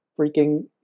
freaking